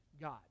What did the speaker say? God